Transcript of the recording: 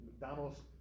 McDonald's